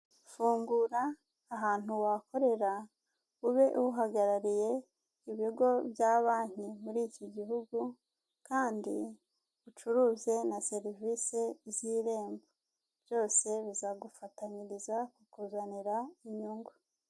Fungura ahantu wakorera ube uhagarariye ibigo bya banki muri iki gihugu, kandi ucuruze na serivise z'irembo byose bizagufatanyiriza kukuzanira inyungu.